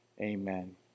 Amen